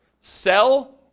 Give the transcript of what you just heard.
sell